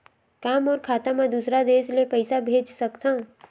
का मोर खाता म दूसरा देश ले पईसा भेज सकथव?